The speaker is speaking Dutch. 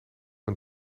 van